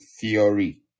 theory